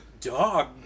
dog